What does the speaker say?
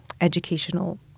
educational